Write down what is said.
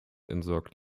entsorgt